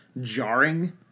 jarring